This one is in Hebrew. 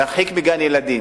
להרחיק מגן-ילדים,